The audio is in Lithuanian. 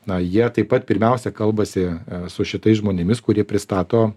na jie taip pat pirmiausia kalbasi su šitais žmonėmis kurie pristato